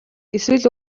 эсвэл